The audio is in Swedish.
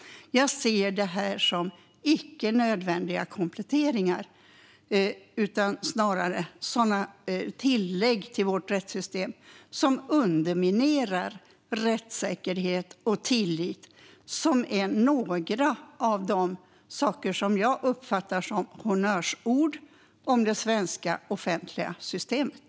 Jag ser detta som icke nödvändiga kompletteringar. Sådana tillägg till vårt rättssystem underminerar rättssäkerhet och tillit. Det är några av de saker som jag uppfattar som honnörsord i det svenska offentliga systemet.